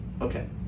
Okay